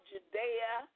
Judea